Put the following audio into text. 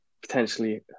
potentially